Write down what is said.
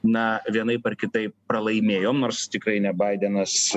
na vienaip ar kitaip pralaimėjom nors tikrai ne baidenas